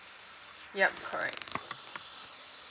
ya correct